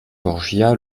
borgia